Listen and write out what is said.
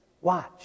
watch